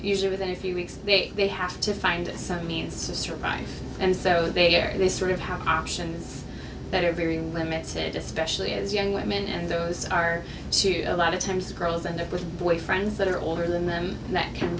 usually within a few weeks they have to find some means to survive and so they are the sort of how options that are very limited especially as young women and those are two a lot of times girls end up with boyfriends that are older than them that can